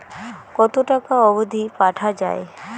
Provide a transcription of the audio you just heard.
কতো টাকা অবধি পাঠা য়ায়?